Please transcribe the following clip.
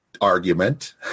argument